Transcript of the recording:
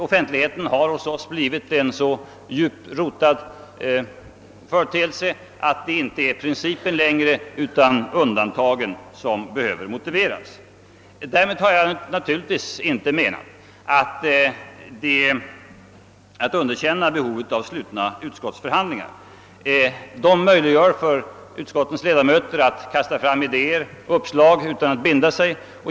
Offentligheten har hos oss blivit en så djupt rotad företeelse att det inte längre är principen utan undantagen som behöver motiveras. Därmed har jag naturligtvis inte avsett att underkänna behovet av slutna utskottsförhandlingar. Dessa möjliggör för utskottens ledamöter att föra fram idéer och uppslag utan att binda sig.